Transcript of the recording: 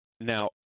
Now